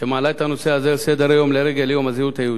שמעלה את הנושא הזה על סדר-היום לרגל יום הזהות היהודית.